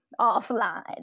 offline